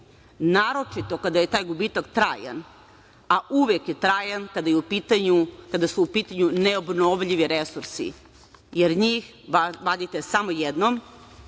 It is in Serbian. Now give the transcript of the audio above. naročito kada je taj gubitak trajan, a uvek je trajan kada su u pitanju neobnovljivi resursi jer njih vadite samo jednom.